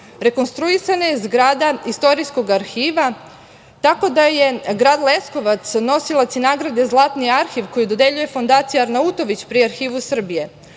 Rekonstruisana je zgrada istorijskog arhiva tako da je grad Leskovac nosilac i nagrade „Zlatni arhiv“, koji dodeljuje fondacija Arnautović, pri Arhivu